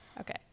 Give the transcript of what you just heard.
Okay